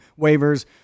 waivers